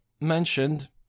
mentioned